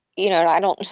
you know, i don't.